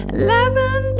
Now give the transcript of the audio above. eleven